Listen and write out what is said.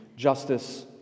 justice